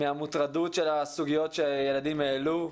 מהמוטרדות של הסוגיות שהילדים העלו,